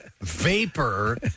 vapor